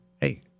hey